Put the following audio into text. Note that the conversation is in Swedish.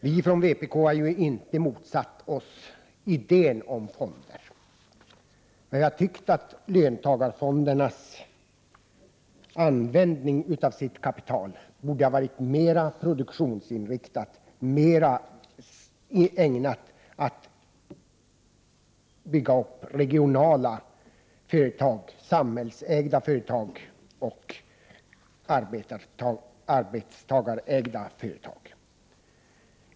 Vi i vpk har inte motsatt oss idén om fonder, men vi anser att löntagarfondernas användning av sitt kapital borde varit mer produktionsinriktat och mer ägnat att bygga upp regionala företag, samhällsägda företag och arbetstagarägda företag.